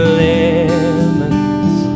lemons